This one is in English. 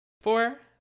four